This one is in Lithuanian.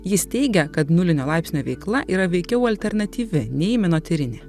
jis teigia kad nulinio laipsnio veikla yra veikiau alternatyvi nei menotyrinė